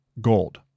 Gold